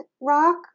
rock